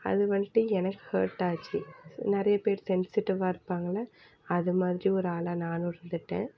அது வந்துட்டு எனக்கு ஹெர்ட் ஆச்சு நிறைய பேர் சென்சிட்டிவ்வாக இருப்பாங்கல்ல அது மாதிரி ஒரு ஆளாக நானும் இருந்துவிட்டேன்